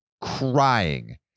crying